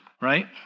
right